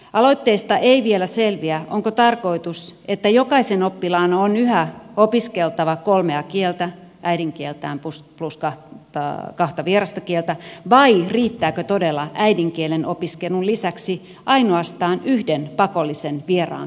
aloitteesta ei vielä selviä onko tarkoitus että jokaisen oppilaan on yhä opiskeltava kolmea kieltä äidinkieltään plus kahta vierasta kieltä vai riittääkö todella äidinkielen opiskelun lisäksi ainoastaan yhden pakollisen vieraan kielen opiskelu